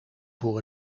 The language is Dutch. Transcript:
voor